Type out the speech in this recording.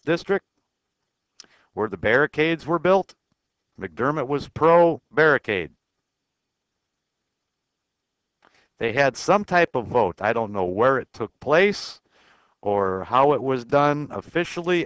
district where the barricades were built mcdermott was pro barricades they had some type of vote i don't know where it took place or how it was done officially